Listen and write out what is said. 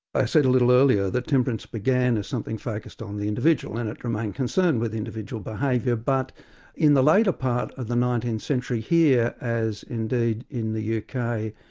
i said a little earlier that temperance began as something focused on the individual and it remained concerned with individual behaviour, but in the later part of the nineteenth century here, as indeed in the uk,